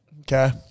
okay